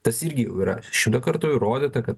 tas irgi yra šimtą kartų įrodyta kad